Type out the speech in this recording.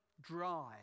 dry